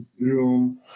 room